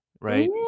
right